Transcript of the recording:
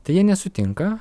tai jie nesutinka